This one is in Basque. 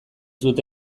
dute